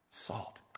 salt